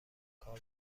کار